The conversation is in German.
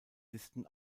listen